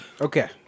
Okay